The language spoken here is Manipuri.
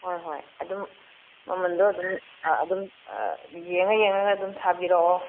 ꯍꯣꯏ ꯍꯣꯏ ꯑꯗꯨꯝ ꯃꯃꯜꯗꯣ ꯑꯗꯨꯝ ꯑꯗꯨꯝ ꯌꯦꯡꯉ ꯌꯦꯡꯉꯒ ꯑꯗꯨꯝ ꯁꯥꯕꯤꯔꯛꯑꯣ